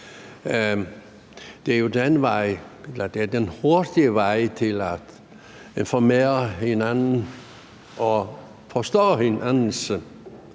procent enig i. Det er jo den hurtige vej til at informere hinanden og forstå hinandens